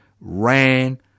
ran